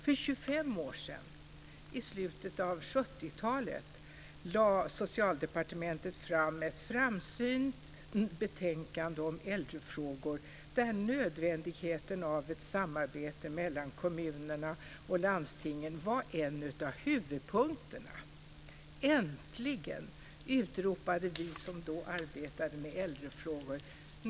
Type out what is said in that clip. För 25 år sedan, i slutet av 70-talet, lade Socialdepartementet fram ett framsynt betänkande om äldrefrågor där nödvändigheten av ett samarbete mellan kommunerna och landstingen var en av huvudpunkterna. Äntligen, utropade vi som då arbetade med äldrefrågor.